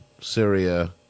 Syria